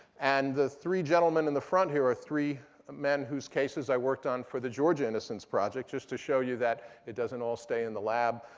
and the three gentleman in the front here are three men whose cases i worked on for the georgia innocence project, just to show you that it doesn't all stay in the lab.